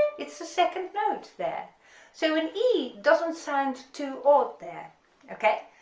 it's the second note there so an e doesn't sound too odd there okay,